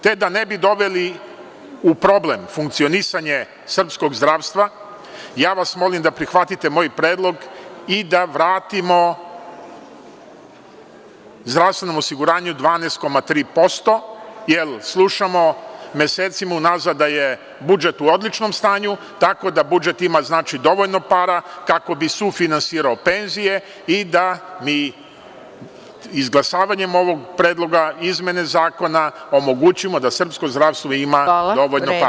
Te da ne bi doveli u problem funkcionisanje srpskog zdravstva, molim vas da prihvatite moj predlog i da vratimo zdravstvenom osiguranju 12,3% jer slušamo mesecima u nazad da je budžet u odličnom stanju, tako da budžet ima dovoljno para kako bi sufinansirao penzije i da bi izglasavanjem ovog predloga izmena zakona omogućio da srpsko zdravstvo ima dovoljno para.